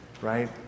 right